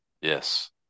Yes